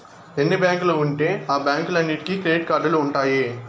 ఎన్ని బ్యాంకులు ఉంటే ఆ బ్యాంకులన్నీటికి క్రెడిట్ కార్డులు ఉంటాయి